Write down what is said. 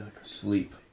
Sleep